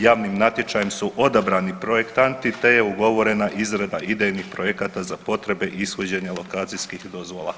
Javnim natječajem su odabrani projektanti te je ugovorena izrada idejnih projekata za potrebe ishođenja lokacijskih dozvola.